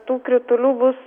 tų kritulių bus